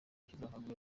kizahabwa